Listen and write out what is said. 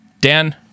Dan